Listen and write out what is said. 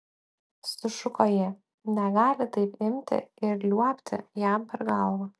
sušuko ji negali taip imti ir liuobti jam per galvą